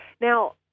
Now